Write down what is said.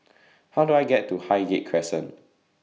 How Do I get to Highgate Crescent